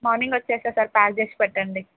morning వచ్చేస్తా sir pack చేసి పెట్టండి